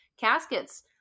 caskets